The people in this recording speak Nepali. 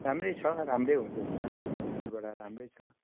राम्रै छ राम्रै हुँदैछ यतिबेला राम्रै छ